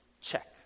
check